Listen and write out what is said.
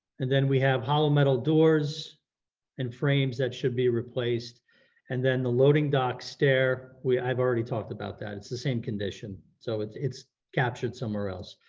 and then we have hollow metal doors and frames that should be replaced and then the loading dock stair i've already talked about that, it's the same condition. so it's it's captured somewhere else,